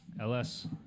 LS